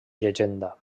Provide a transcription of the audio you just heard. llegenda